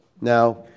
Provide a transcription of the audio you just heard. Now